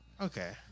Okay